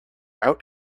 out